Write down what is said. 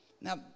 Now